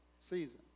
season